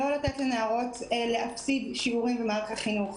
לא לתת לנערות להפסיד שיעורים במערכת החינוך.